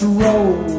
roll